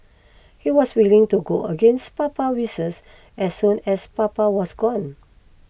he was willing to go against Papa's wishes as soon as Papa was gone